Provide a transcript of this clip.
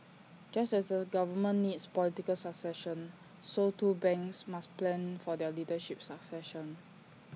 just as A government needs political succession so too banks must plan for their leadership succession